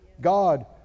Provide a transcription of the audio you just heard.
God